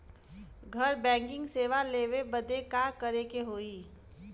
घर बैकिंग सेवा लेवे बदे का करे के होई?